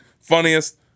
Funniest